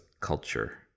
culture